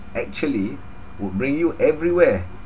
actually would bring you everywhere